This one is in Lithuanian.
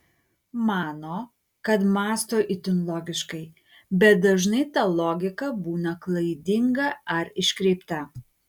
mano kad mąsto itin logiškai bet dažnai ta logika būna klaidinga ar iškreipta